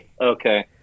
Okay